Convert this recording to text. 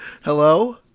Hello